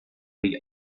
die